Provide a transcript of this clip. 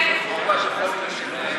מתוך הספק,